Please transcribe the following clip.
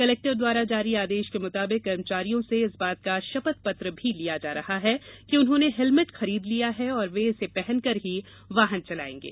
collector द्वारा जारी आदेश के मुताबिक कर्मचारियों से इस बात का शपथ पत्र भी लिया जा रहा है कि उन्होंने हेलमेट खरीद लिया और वे इसे पहनकर ही वाहन चलायेंगे